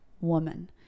woman